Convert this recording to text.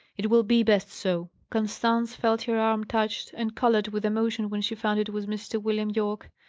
it will be best so. constance felt her arm touched, and coloured with emotion when she found it was mr. william yorke.